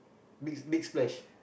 big big splash